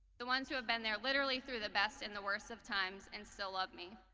the ones who have been there literally through the best and the worst of times and still love me.